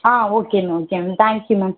ah okay ma'am okay ma'am thank you ma'am